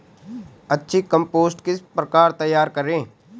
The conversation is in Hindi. अच्छी कम्पोस्ट किस प्रकार तैयार करें?